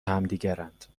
همدیگرند